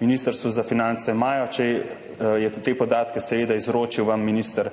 Ministrstvu za finance najbrž imajo. Če vam je te podatke seveda izročil minister